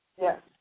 Yes